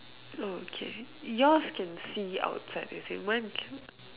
hmm okay yours can see outside is it mine cannot